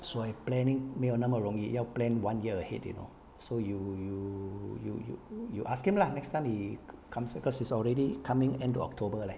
所以 planning 没有那么容易要 plan one year ahead you know so you you you you you you ask him lah next time he comes because it's already coming end october leh